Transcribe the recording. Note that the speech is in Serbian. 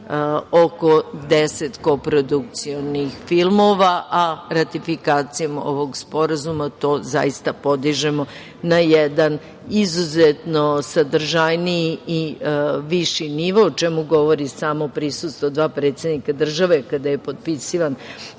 oko 10 koprodukcionih filmova, a ratifikacijom ovog sporazuma to zaista podižemo na jedan izuzetno sadržajniji i viši nivo, o čemu govori i samo prisustvo dva predsednika države kada je potpisivan